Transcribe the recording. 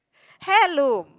hello